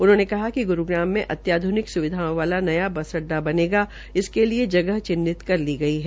उन्होंने बताया कि ग्रूग्राम में अत्याध्निक स्विधाओं वाला नया बस अड्डा बनेगा इसके लिए जगह चिन्हित कर ली गई है